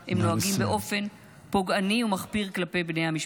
באופן פוגעני ומחפיר כלפי בני המשפחות.